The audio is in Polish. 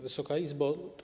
Wysoka Izbo!